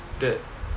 that